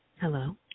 Hello